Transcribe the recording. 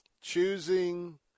choosing